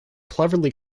cleverly